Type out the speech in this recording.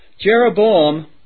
Jeroboam